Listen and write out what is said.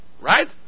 right